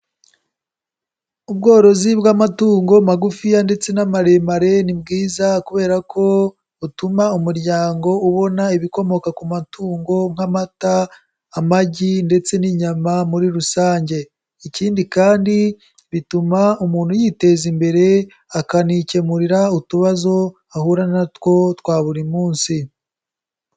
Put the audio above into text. Ubworozi bw'amatungo magufiya ndetse n' amaremare ni bwiza kubera ko butuma umuryango ubona ibikomoka ku matungo nk'amata, amagi, ndetse n'inyama muri rusange, ikindi kandi bituma umuntu yiteza imbere akanikemurira utubazo ahura na two twa buri munsi.